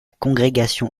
congrégation